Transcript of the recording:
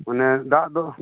ᱚᱱᱮ ᱫᱟᱜ ᱫᱚ